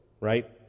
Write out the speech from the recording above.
right